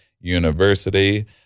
University